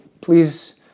please